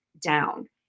down